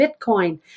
Bitcoin